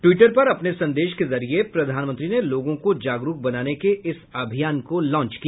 Twitter पर अपने संदेश के जरिए प्रधानमंत्री ने लोगों को जागरूक बनाने के इस अभियान को लांच किया